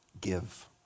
give